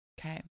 Okay